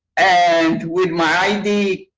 and with my i d.